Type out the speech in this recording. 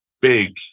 big